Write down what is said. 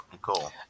Cool